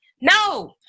No